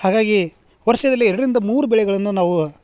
ಹಾಗಾಗಿ ವರ್ಷದಲ್ಲಿ ಎರಡರಿಂದ ಮೂರು ಬೆಳೆಗಳನ್ನ ನಾವು